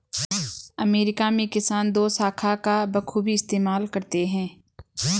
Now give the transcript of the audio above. America में किसान दोशाखा का बखूबी इस्तेमाल करते हैं